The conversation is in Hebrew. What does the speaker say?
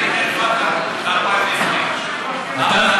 עד שהתוכניות מאושרות הזמן הזה עובר,